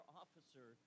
officer